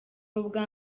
ubwa